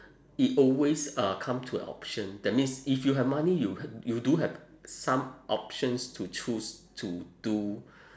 it always uh come to a option that means if you have money you you do have some options to choose to do